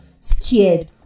Scared